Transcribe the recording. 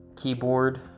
keyboard